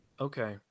Okay